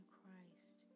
Christ